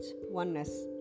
oneness